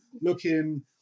looking